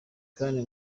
kandi